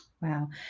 Wow